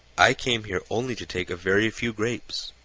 i came here only to take a very few grapes.